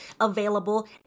available